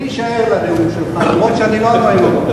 אני אשאר לנאום שלך, אף-על-פי שאני לא הנואם הבא.